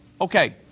Okay